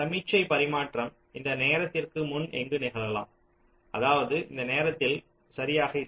சமிக்ஞை பரிமாற்றம் இந்த நேரத்திற்கு முன் எங்கும் நிகழலாம் அதாவது இந்த நேரத்தில் சரியாக இல்லை